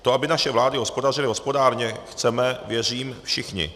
To, aby naše vlády hospodařily hospodárně, chceme, věřím, všichni.